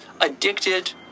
addicted